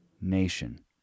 nation